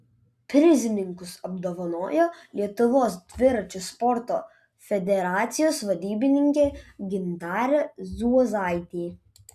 prizininkus apdovanojo lietuvos dviračių sporto federacijos vadybininkė gintarė zuozaitė